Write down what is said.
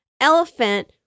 elephant